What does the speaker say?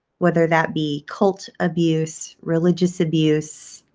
whether that be cult abuse, religious abuse,